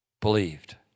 believed